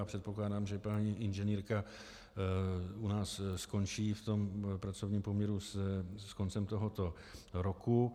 Předpokládám, že paní inženýrka u nás skončí v pracovním poměru s koncem tohoto roku.